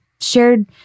shared